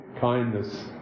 kindness